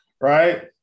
right